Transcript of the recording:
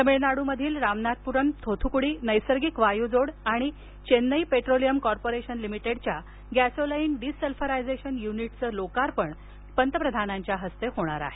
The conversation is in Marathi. तामिळनाडूतील रामनाथप्रम थोथुकुडी नैसर्गिक वायू जोड आणि चेन्नई पेट्रोलियम कॉर्पोरेशन लिमिटेडच्या गॅसोलाईन डिसल्फ्युरायझेशन युनिटचे लोकार्पण पंतप्रधानांच्या हस्ते होईल